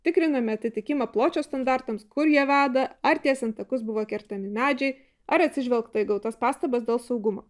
tikrinome atitikimą pločio standartams kur jie veda ar tiesiant takus buvo kertami medžiai ar atsižvelgta į gautas pastabas dėl saugumo